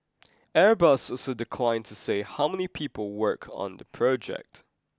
airbus also declined to say how many people work on the project